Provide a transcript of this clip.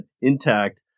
intact